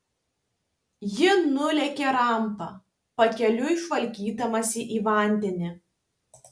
ji nulėkė rampa pakeliui žvalgydamasi į vandenį